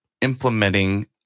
implementing